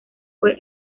fue